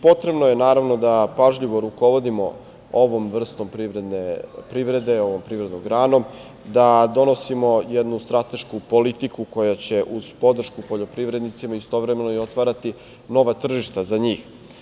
Potrebno je, naravno, da pažljivo rukovodimo ovom vrstom privrede, ovom privrednom granom, da donosimo jednu stratešku politiku koja će, uz podršku poljoprivrednicima, istovremeno i otvarati nova tržišta za njih.